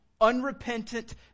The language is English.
unrepentant